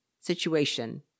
situation